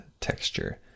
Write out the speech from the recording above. texture